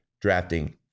drafting